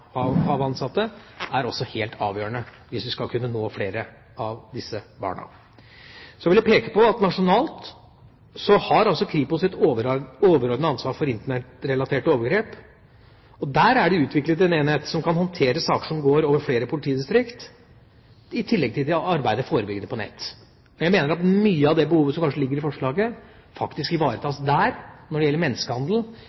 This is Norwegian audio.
helt avgjørende hvis vi skal kunne nå flere av disse barna. Så vil jeg peke på at nasjonalt har Kripos et overordnet ansvar for Internett-relaterte overgrep. Der er det utviklet en enhet som kan håndtere saker som går over flere politidistrikt, i tillegg til å arbeide forebyggende på nett. Jeg mener at mye av det behovet som kanskje ligger i forslaget, i forbindelse med menneskehandel faktisk